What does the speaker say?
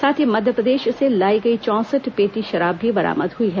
साथ ही मध्यप्रदेश से लाई गई चौंसठ पेटी शराब भी बरामद हई है